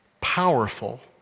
powerful